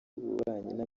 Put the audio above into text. ububanyi